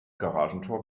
garagentor